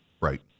Right